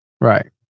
Right